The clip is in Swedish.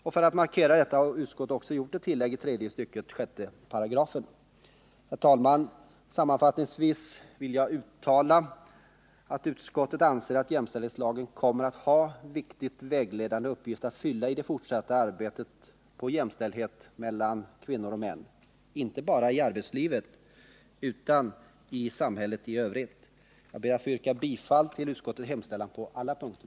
Och för att markera detta har utskottet också gjort ett tillägg till tredje stycket i 6 §. Herr talman! Sammanfattningsvis vill jag uttala att utskottet anser att jämställdhetslagen kommer att ha en viktig vägledande uppgift att fylla i det fortsatta arbetet på jämställdhet mellan kvinnor och män, inte bara i arbetslivet utan i hela samhället. Jag ber att få yrka bifall till utskottets hemställan på alla punkter.